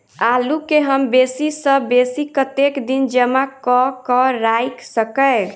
आलु केँ हम बेसी सऽ बेसी कतेक दिन जमा कऽ क राइख सकय